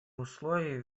условий